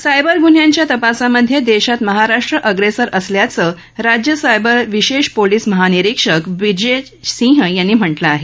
cyber गुन्ह्यांच्या तपासामध्ये देशात महाराष्ट्र अप्रेसर असल्याचं राज्य सायबरचे विशेष पोलीस महानिरीक्षक ब्रिजेश सिंह यांनी म्हटलं आहे